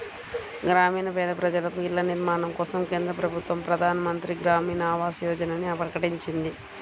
గ్రామీణ పేద ప్రజలకు ఇళ్ల నిర్మాణం కోసం కేంద్ర ప్రభుత్వం ప్రధాన్ మంత్రి గ్రామీన్ ఆవాస్ యోజనని ప్రకటించింది